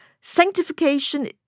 Sanctification